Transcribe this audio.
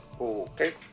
Okay